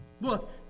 Look